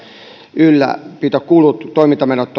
ylläpitokulut toimintamenot